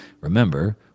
Remember